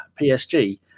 PSG